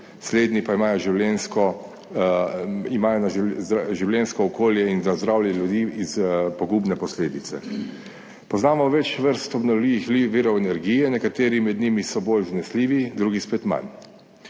slednji pa imajo za življenjsko okolje in za zdravje ljudi pogubne posledice. Poznamo več vrst obnovljivih jih virov energije. Nekateri med njimi so bolj zanesljivi, drugi spet manj.